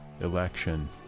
election